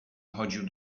chodził